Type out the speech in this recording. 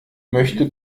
möchte